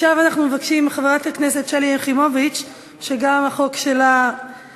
עכשיו אנחנו מבקשים מחברת הכנסת שלי יחימוביץ שגם החוק שלה,